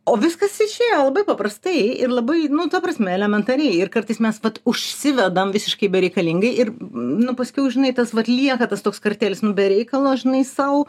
o viskas išėjo labai paprastai ir labai nu ta prasme elementariai ir kartais mes vat užsivedam visiškai bereikalingai ir nu paskiau žinai tas vat lieka tas toks kartėlis nu be reikalo žinai sau